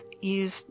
use